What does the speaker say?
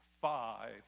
five